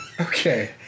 Okay